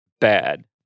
bad